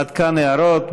עד כאן הערות.